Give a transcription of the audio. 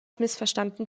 missverstanden